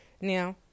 Now